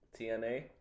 TNA